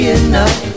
enough